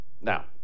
Now